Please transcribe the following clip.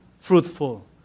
fruitful